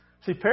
See